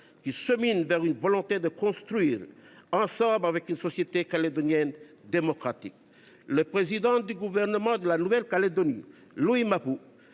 cheminent vers la volonté de construire ensemble une société calédonienne démocratique. Le président du gouvernement de la Nouvelle Calédonie, Louis Mapou,